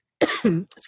excuse